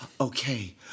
okay